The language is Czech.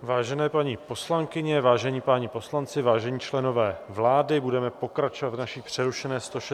Vážené paní poslankyně, vážení páni poslanci, vážení členové vlády, budeme pokračovat v naší přerušené 106. schůzi.